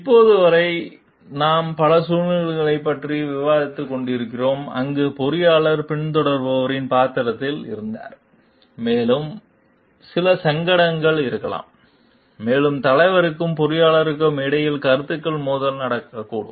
இப்போது வரை நாம் பல சூழ்நிலைகளைப் பற்றி விவாதித்துக் கொண்டிருந்தோம் அங்கு பொறியாளர் பின்தொடர்பவரின் பாத்திரத்தில் இருந்தார் மேலும் சில சங்கடங்கள் இருக்கலாம் மேலும் தலைவருக்கும் பொறியியலாளருக்கும் இடையில் கருத்துகளின் மோதல்கள் நடக்கக்கூடும்